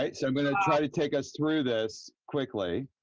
i'm so going to try to take us through this quickly.